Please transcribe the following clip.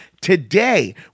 today